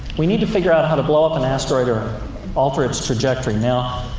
we need to figure out how to blow up an asteroid, or alter its trajectory. now,